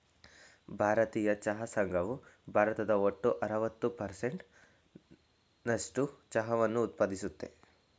ಭಾರತೀಯ ಚಹಾ ಸಂಘವು ಭಾರತದ ಒಟ್ಟು ಅರವತ್ತು ಪರ್ಸೆಂಟ್ ನಸ್ಟು ಚಹಾವನ್ನ ಉತ್ಪಾದಿಸ್ತದೆ